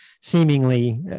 seemingly